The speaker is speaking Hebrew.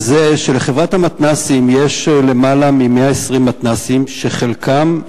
לחברת המתנ"סים יש למעלה מ-120 מתנ"סים, שחלקם,